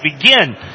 begin